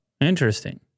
Interesting